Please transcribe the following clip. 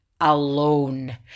alone